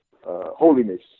Holiness